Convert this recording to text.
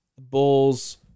Bulls